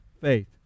faith